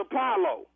Apollo